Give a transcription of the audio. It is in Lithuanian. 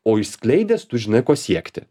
o išskleidęs tu žinai ko siekti